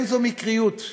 זו לא מקריות,